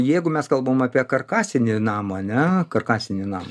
jeigu mes kalbam apie karkasinį namą ane karkasinį namą